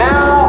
Now